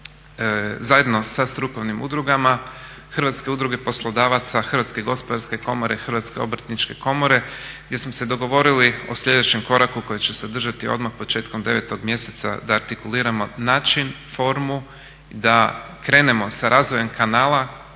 zajedno sa strukovnim udrugama Hrvatske udruge poslodavaca, Hrvatske gospodarske komore, Hrvatske obrtničke komore gdje smo se dogovorili o sljedećem koraku koji će se održati odmah početkom 9 mjeseca da artikuliramo način, formu, da krenemo sa razvojem kanala